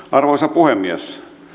arvoisa puhemies